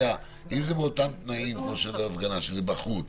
אם זה באותם תנאים כמו של הפגנה, שזה בחוץ